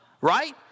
right